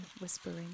whispering